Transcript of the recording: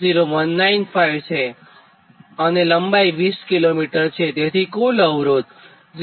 0195 છે અને લંબાઇ 20 કિમી છે તેથી કુલ અવરોધ 0